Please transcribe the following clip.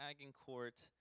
Agincourt